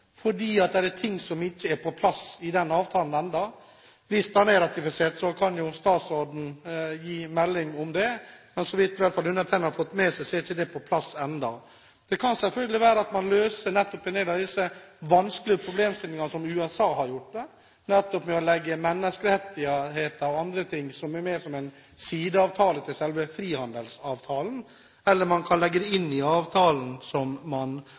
fordi det er ting som ikke er på plass i den avtalen ennå. Hvis den er ratifisert, kan jo statsråden gi melding om det, men så vidt undertegnede har fått med seg, er ikke det på plass ennå. Det kan selvfølgelig være at man løser en del av disse vanskelige problemstillingene som USA har gjort det, ved å legge menneskerettighetene og andre ting med som en sideavtale til selve frihandelsavtalen, eller man kan legge det inn i avtalen, som man